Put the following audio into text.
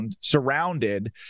surrounded